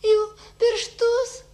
jų pirštus